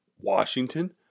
Washington